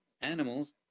animals